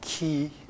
Key